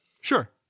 Sure